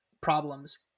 problems